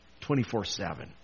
24-7